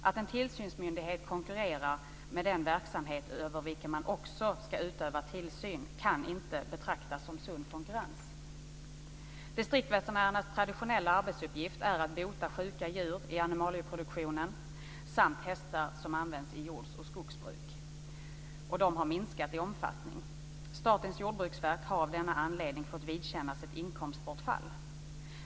Att en tillsynsmyndighet konkurrerar med den verksamhet över vilken man också ska utöva tillsyn kan inte betraktas som sund konkurrens. Distriktsveterinärernas traditionella arbetsuppgift är att bota sjuka djur i animalieproduktionen samt hästar som används i jord och skogsbruk. Den arbetsuppgiften har minskat i omfattning. Statens jordbruksverk har av denna anledning fått vidkännas ett inkomstbortfall.